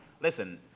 listen